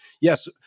Yes